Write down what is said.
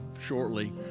Shortly